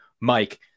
Mike